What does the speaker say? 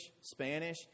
Spanish